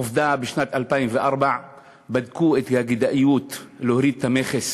עובדה, בשנת 2014 בדקו את הכדאיות בהורדת המכס